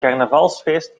carnavalsfeest